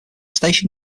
station